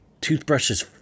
toothbrushes